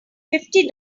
fifty